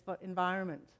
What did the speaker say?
environment